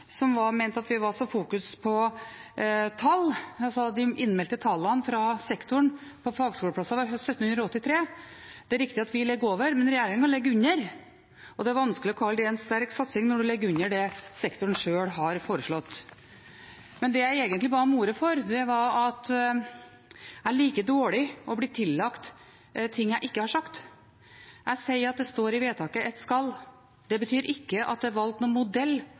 at vi fokuserte så mye på tall: De innmeldt tallene fra sektoren for fagskoleplasser var 1 783. Det er riktig at vi ligger over, men regjeringen ligger under, og det er vanskelig å kalle det en sterk satsing når man ligger under det sektoren selv har foreslått. Men det jeg egentlig ba om ordet for, var at jeg liker dårlig å bli tillagt ting jeg ikke har sagt. Jeg sier at det står et «skal» i forslaget til vedtak, det betyr ikke at det er valgt noen modell,